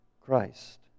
Christ